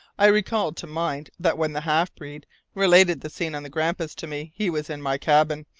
i recalled to mind that when the half-breed related the scene on the grampus to me, he was in my cabin,